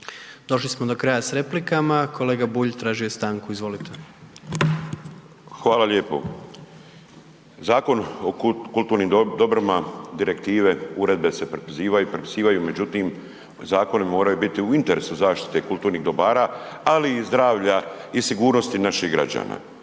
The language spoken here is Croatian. Došli smo do kraja s replikama. Kolega Bulj, tražio je stanku, izvolite. **Bulj, Miro (MOST)** Hvala lijepo. Zakon o kulturnim dobrima, direktive, uredbe se prepisivaju. Međutim, zakoni moraju biti u interesu zaštite kulturnih dobara, ali i zdravlja i sigurnosti naših građana.